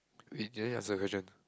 wait do you have the question